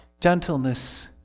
gentleness